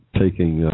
taking